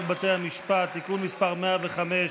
בתי המשפט (תיקון מס' 105)